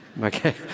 Okay